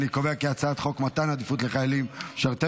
הצעת חוק מתן עדיפות לחיילים ולמשרתי